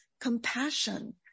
compassion